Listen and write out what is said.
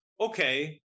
Okay